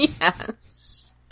Yes